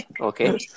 okay